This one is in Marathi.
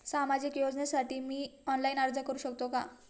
सामाजिक योजनेसाठी मी ऑनलाइन अर्ज करू शकतो का?